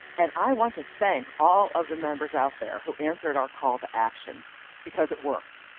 and i want to thank all of the members out there who answered our call to action because it worked.